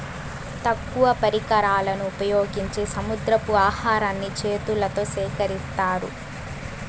తక్కువ పరికరాలను ఉపయోగించి సముద్రపు ఆహారాన్ని చేతులతో సేకరిత్తారు